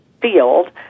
field